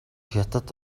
хятад